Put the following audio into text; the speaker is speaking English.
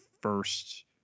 first